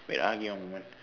wait ah give me a moment